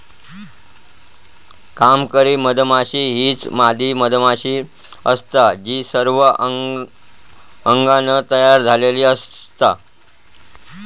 कामकरी मधमाशी हीच मादी मधमाशी असता जी सर्व अंगान तयार झालेली असता